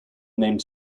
named